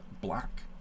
black